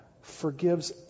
forgives